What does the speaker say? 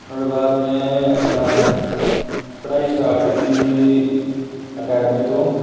ओहदे बाद में अपना पढ़ाई स्टार्ट कीती ही अकैडमी तों